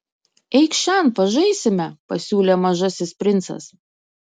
eikš šen pažaisime pasiūlė mažasis princas